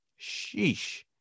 Sheesh